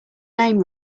name